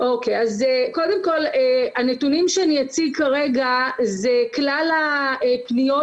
קודם כל הנתונים שאני אציג כרגע זה כלל הפניות